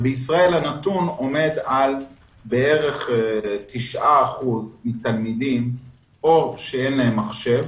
בישראל הנתון עומד על כ-9% מהתלמידים שאין להם מחשב